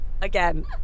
Again